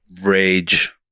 rage